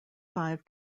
five